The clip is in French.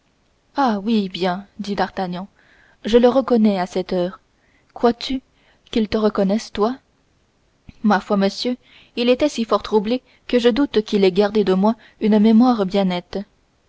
ah oui bien dit d'artagnan et je le reconnais à cette heure crois-tu qu'il te reconnaisse toi ma foi monsieur il était si fort troublé que je doute qu'il ait gardé de moi une mémoire bien nette